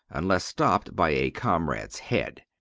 unless stopped by a comrade's head.